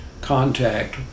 contact